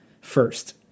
first